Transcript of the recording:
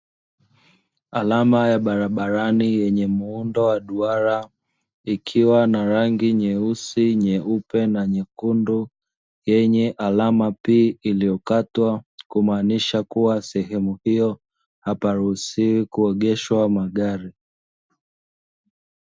Alama ya barabarani yenye muundo wa duara, ikiwa na rangi nyeusi, nyeupe na nyekundu yenye alama "p" iliyokatwa, kumaanisha kuwa sehemu hiyo haparuhusiwi kuegeshwa magari.